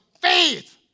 faith